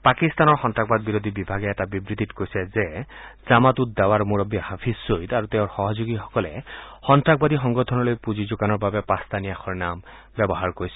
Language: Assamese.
পাকিস্তানৰ সন্ত্ৰাসবাদ বিৰোধী বিভাগে এটা বিবৃতিত কৈছে যে জামাত উড দাৱাৰ মূৰববী হাফিজ ছৈয়দ আৰু তেওঁৰ সহযোগীসকলে সন্ত্ৰাসবাদী সংগঠনলৈ পুঁজি যোগানৰ বাবে পাঁচটা ন্যাসৰ নাম ব্যৱহাৰ কৰিছিল